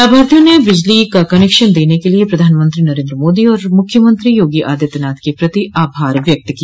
लाभार्थियों ने बिजली का कनेक्षन देने के लिए प्रधानमंत्री नरेन्द्र मोदी और मुख्यमंत्री योगी आदित्यनाथ के प्रति आभार व्यक्त किया